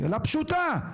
שאלה פשוטה.